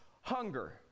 hunger